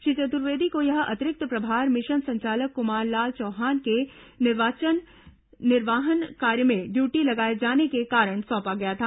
श्री चतुर्वेदी को यह अतिरिक्त प्रभार मिशन संचालक कुमार लाल चौहान के निर्वाचन कार्य में ड्यूटी लगाए जाने के कारण सौंपा गया था